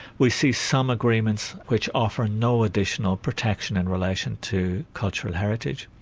we see some agreements which offer no additional protection in relation to cultural heritage,